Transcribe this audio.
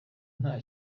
nta